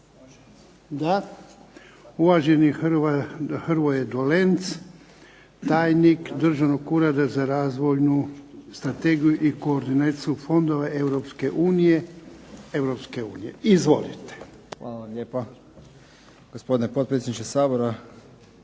Da. Uvaženi Hrvoje Dolenc, tajnik Državnog ureda za razvojnu strategiju i koordinaciju fondova Europske unije. Izvolite. **Dolenc, Hrvoje** Hvala vam lijepa. Gospodine potpredsjedniče Sabora,